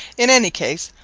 in any case,